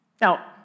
Now